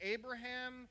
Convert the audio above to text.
Abraham